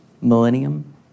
millennium